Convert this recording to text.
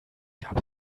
gab